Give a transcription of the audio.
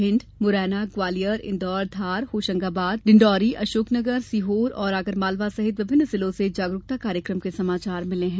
भिंड मुरैना ग्वालियर इन्दौर धार होशंगाबाद मुरैना डिंडौरी अशोकनगर सीहोर और आगरमालवा सहित विभिन्न जिलों से जागरूकता कार्यक्रम के समाचार मिले हैं